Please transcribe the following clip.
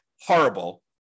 horrible